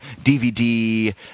DVD